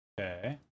Okay